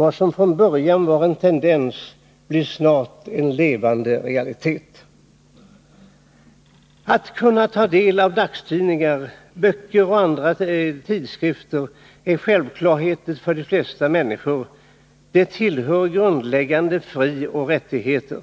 Vad som från början var en tendens blir snart nog en levande realitet. Att kunna ta del av dagstidningar, böcker och andra skrifter är självklarheter för de flesta människor. Det tillhör våra grundläggande frioch rättigheter.